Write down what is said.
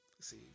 See